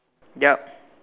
ya